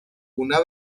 una